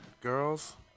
girls